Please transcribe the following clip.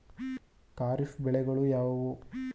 ಖಾರಿಫ್ ಬೆಳೆಗಳು ಯಾವುವು?